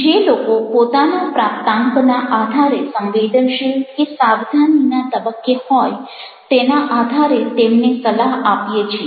જે લોકો પોતાના પ્રાપ્તાંકના આધારે સંવેદનશીલ કે સાવધાનીના તબક્કે હોય તેના આધારે તેમને સલાહ આપીએ છીએ